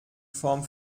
form